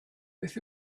beth